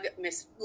Miss